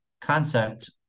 concept